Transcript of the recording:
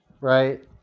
Right